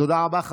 תודה רבה.